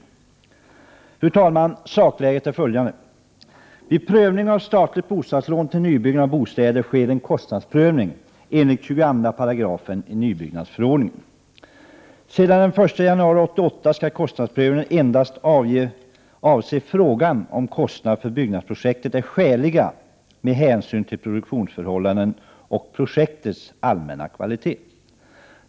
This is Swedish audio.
149 Fru talman! Sakläget är följande. Vid prövning av statligt bostadslån till nybyggnad av bostäder sker en kostnadsprövning enligt 22 § nybyggnadsförordningen. Sedan den 1 januari 1988 skall kostnadsprövningen endast avse frågan om kostnaderna för byggnadsprojektet är skäliga med hänsyn till produktionsförhållandena och projektets allmänna kvalitet.